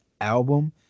album